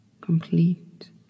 complete